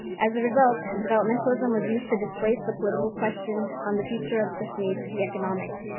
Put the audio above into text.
as a result, developmentalism was used to displace the political question on the future of kashmir to the economic,